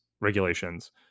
regulations